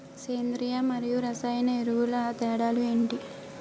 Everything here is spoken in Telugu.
సేంద్రీయ మరియు రసాయన ఎరువుల తేడా లు ఏంటి?